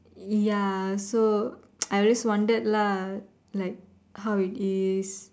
ya so I've always wondered lah like how it is